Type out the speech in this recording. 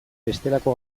bestelako